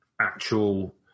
actual